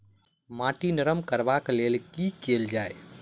माटि नरम करबाक लेल की केल जाय?